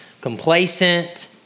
complacent